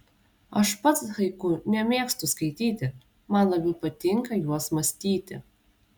aš pats haiku nemėgstu skaityti man labiau patinka juos mąstyti